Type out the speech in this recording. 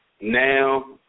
now